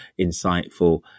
insightful